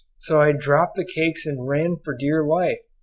so i dropped the cakes and ran for dear life,